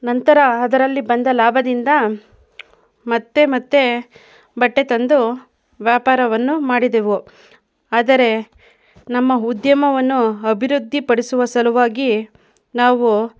ನಂತರ ಅದರಲ್ಲಿ ಬಂದ ಲಾಭದಿಂದ ಮತ್ತೆ ಮತ್ತೆ ಬಟ್ಟೆ ತಂದು ವ್ಯಾಪಾರವನ್ನು ಮಾಡಿದೆವು ಆದರೆ ನಮ್ಮ ಉದ್ಯಮವನ್ನು ಅಭಿವೃದ್ಧಿ ಪಡಿಸುವ ಸಲುವಾಗಿ ನಾವು